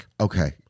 Okay